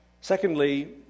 Secondly